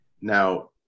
Now